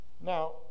now